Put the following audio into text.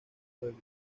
pueblo